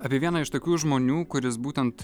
apie vieną iš tokių žmonių kuris būtent